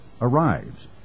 arrives